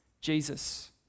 Jesus